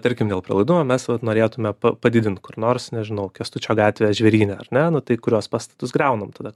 tarkim dėl pralaidumo mes vat norėtume padidint kur nors nežinau kęstučio gatvę žvėryne ar ne tai kurios pastatus griaunam tada